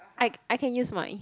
I I can use mine